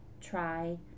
Try